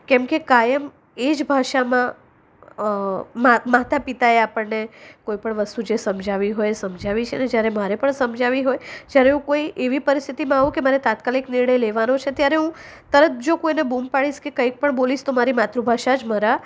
કેમ કે કાયમ એ જ ભાષામાં મા માતા પિતાએ આપણને કોઈ પણ વસ્તુ જે સમજાવી હોય સમજાવી છે અને જ્યારે મારે પણ સમજાવવી હોય જ્યારે હું કોઈ એવી પરિસ્થિતિમાં હોવ કે મારે તાત્કાલિક નિર્ણય લેવાનો છે ત્યારે હું તરત જો હું કોઈને બૂમ પાડીશ કે કે કંઈ પણ બોલીશ હું મારી માતૃભાષા જ મારા